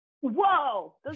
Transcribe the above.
whoa